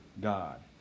God